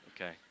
okay